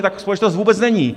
Taková společnost vůbec není!